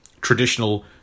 traditional